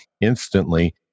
instantly